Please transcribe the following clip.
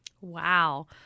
Wow